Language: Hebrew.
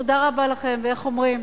תודה רבה לכם, ואיך אומרים?